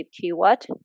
keyword